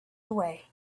away